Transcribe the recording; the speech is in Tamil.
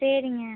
சரிங்க